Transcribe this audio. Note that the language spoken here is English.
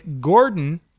Gordon